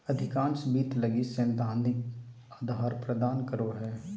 अधिकांश वित्त लगी सैद्धांतिक आधार प्रदान करो हइ